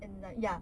and like ya